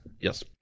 yes